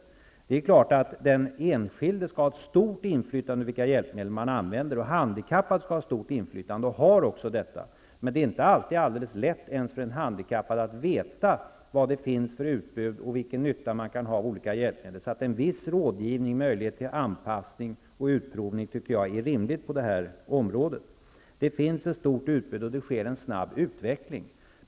Det är klart att den enskilde skall ha ett stort inflytande över vilka hjälpmedel man använder. Handikappade skall ha och har ett stort inflytande. Det är inte alltid helt lätt, ens för en handikappad, att veta vad det finns för utbud och vilken nytta man kan ha av olika hjälpmedel. En viss rådgivning och möjlighet till anpasning och utprovning tycker jag är rimlig på det här området. Det finns ett stort utbud och det sker en snabb utveckling.